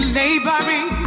laboring